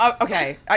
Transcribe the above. Okay